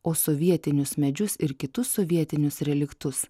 o sovietinius medžius ir kitus sovietinius reliktus